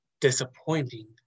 disappointing